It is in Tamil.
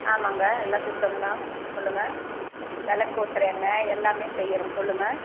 ஆமாங்க எல்லாம் சுத்தம் தான் சொல்லுங்கள் விளக்கு ஊத்துற எண்ணெய் எல்லாமே செய்கிறோம் சொல்லுங்கள்